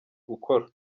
gukora